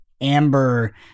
Amber